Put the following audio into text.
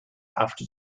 after